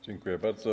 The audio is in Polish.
Dziękuję bardzo.